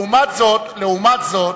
לעומת זאת,